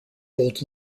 bold